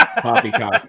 Poppycock